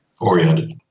oriented